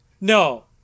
No